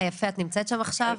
יפה, את נמצאת שם עכשיו?